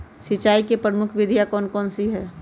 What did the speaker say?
सिंचाई की प्रमुख विधियां कौन कौन सी है?